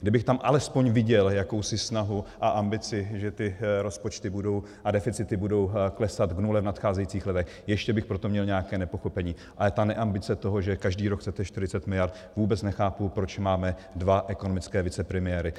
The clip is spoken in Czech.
Kdybych tam alespoň viděl jakousi snahu a ambici, že ty rozpočty a deficity budou klesat k nule v nadcházejících letech, ještě bych pro to měl nějaké nepochopení, ale ta neambice toho, že každý rok chcete 40 miliard vůbec nechápu, proč máme dva ekonomické vicepremiéry.